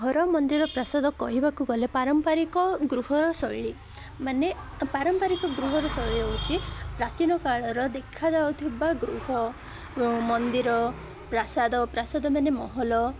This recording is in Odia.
ଘର ମନ୍ଦିର ପ୍ରାସାଦ କହିବାକୁ ଗଲେ ପାରମ୍ପାରିକ ଗୃହର ଶୈଳୀ ମାନେ ପାରମ୍ପାରିକ ଗୃହର ଶୈଳୀ ହେଉଛିି ପ୍ରାଚୀନକାଳର ଦେଖାଯାଉଥିବା ଗୃହ ମନ୍ଦିର ପ୍ରାସାଦ ପ୍ରାସାଦ ମାନେ ମହଲ